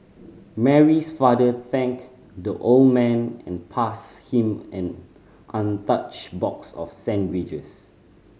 Mary's father thanked the old man and passed him an untouched box of sandwiches